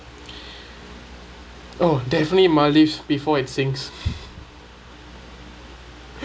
oh definitely maldives before it sinks